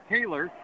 Taylor